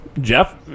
Jeff